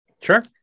Sure